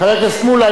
חבר הכנסת מולה,